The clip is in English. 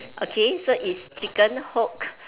okay so it's chicken hook